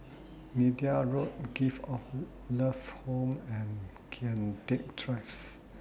Neythai Road Gift of Love Home and Kian Teck Drives